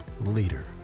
leader